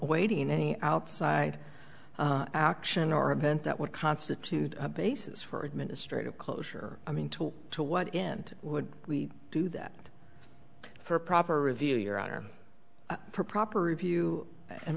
awaiting any outside action or event that would constitute a basis for administrative closure i mean to to what end would we do that for proper review your honor for proper review and